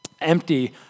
empty